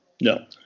no